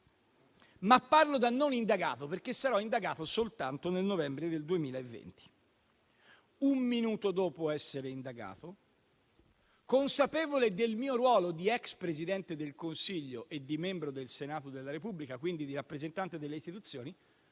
parlo da non indagato, perché sarò indagato soltanto nel novembre del 2020. Un minuto dopo essere indagato, consapevole del mio ruolo di ex Presidente del Consiglio e di membro del Senato della Repubblica, quindi di rappresentante delle istituzioni,